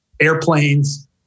airplanes